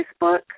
Facebook